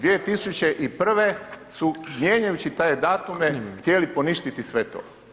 2001. su mijenjajući te datume htjeli poništiti sve to.